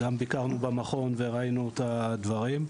גם ביקרנו במכון וראינו את הדברים.